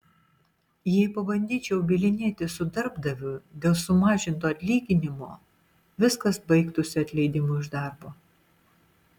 jei pabandyčiau bylinėtis su darbdaviu dėl sumažinto atlyginimo viskas baigtųsi atleidimu iš darbo